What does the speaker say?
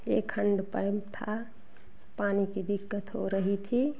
एक हंडपंप था पानी की दिक्कत हो रही थी